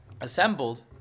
assembled